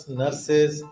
nurses